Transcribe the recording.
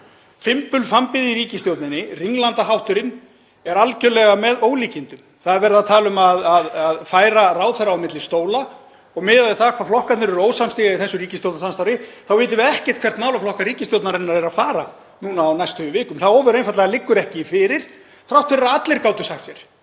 Fimbulfambið í ríkisstjórninni, hringlandahátturinn er algerlega með ólíkindum. Það er verið að tala um að færa ráðherra á milli stóla og miðað við það hvað flokkarnir eru ósamstiga í þessu ríkisstjórnarsamstarfi þá vitum við ekkert hvert málaflokkar ríkisstjórnarinnar eru að fara núna á næstu vikum. Það liggur ofur einfaldlega ekki fyrir. Þrátt fyrir að allir hafi getað sagt sér